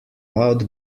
loud